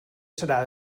serà